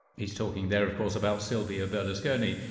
he's talking there of course about silvio berlusconi.